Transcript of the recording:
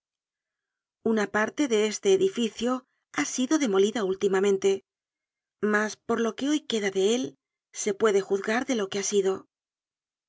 una parte de este edificio ha sido demolida últimamente mas por loque hoy queda de él se puede juzgar de loque ha sido